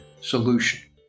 solution